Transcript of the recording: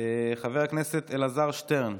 חבר הכנסת אלעזר שטרן.